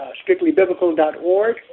strictlybiblical.org